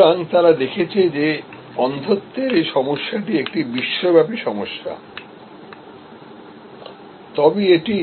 সুতরাং তারা দেখেছে যে অন্ধত্বের এই সমস্যাটি একটি বিশ্বব্যাপী সমস্যা তবে এটি